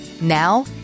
Now